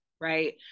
Right